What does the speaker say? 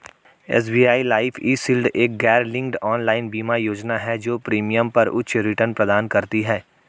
SBI life eShield एक गैरलिंक्ड online बीमा योजना है जो प्रीमियम पर उच्च रिटर्न प्रदान करती है